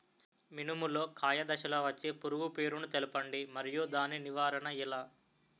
మినుము లో కాయ దశలో వచ్చే పురుగు పేరును తెలపండి? మరియు దాని నివారణ ఎలా?